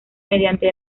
mediante